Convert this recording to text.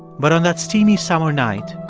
but on that steamy summer night,